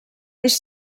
eix